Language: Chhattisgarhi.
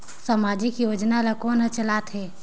समाजिक योजना ला कोन हर चलाथ हे?